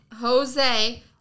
Jose